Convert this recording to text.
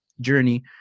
journey